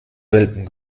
welpen